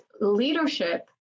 leadership